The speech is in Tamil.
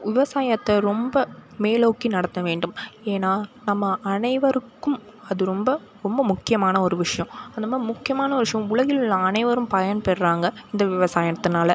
விவசாயத்தை ரொம்ப மேலோக்கி நடத்த வேண்டும் ஏன்னால் நம்ம அனைவருக்கும் அது ரொம்ப ரொம்ப முக்கியமான ஒரு விஷயம் அந்த மாதிரி முக்கியமான ஒரு விஷயம் உலகிலுள்ள அனைவரும் பயன்பெறுகிறாங்க இந்த விவசாயத்துனால்